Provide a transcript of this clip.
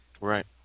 Right